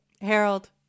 harold